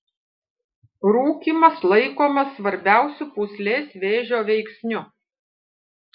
rūkymas laikomas svarbiausiu pūslės vėžio veiksniu